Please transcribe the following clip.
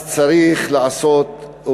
אז צריך לעשות,